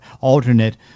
alternate